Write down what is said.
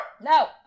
No